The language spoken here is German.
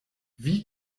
wie